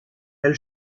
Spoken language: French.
elle